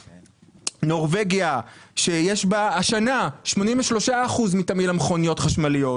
נורבגיה שיש בה השנה 83% מתמהיל המכוניות החשמליות,